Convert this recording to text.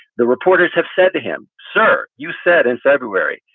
the reporters have said to him, sir. you said in february,